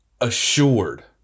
assured